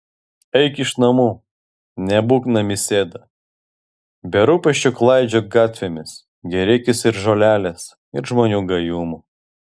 eik iš namų nebūk namisėda be rūpesčių klaidžiok gatvėmis gėrėkis ir žolelės ir žmonių gajumu